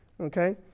Okay